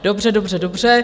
Dobře, dobře, dobře.